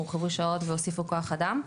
הורחבו שעות והוסיפו כוח אדם.